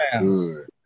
Good